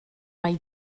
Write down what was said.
mae